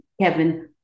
Kevin